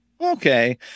Okay